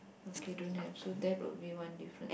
okay don't have so that will be one different